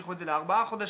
האריכו את זה לארבעה חודשים,